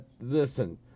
listen